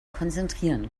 konzentrieren